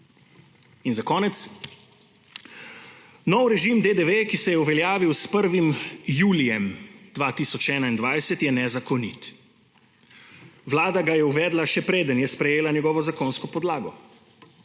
Za konec. Novi režim DDV, ki se je uveljavil s 1. julijem 2021, je nezakonit. Vlada ga je uvedla, še preden je sprejela njegovo zakonsko podlago.